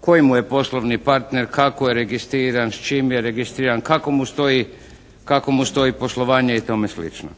koji mu je poslovni partner, kako je registriran, s čim je registriran, kako mu stoji poslovanje i tome slično.